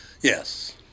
Yes